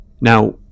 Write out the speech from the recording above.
Now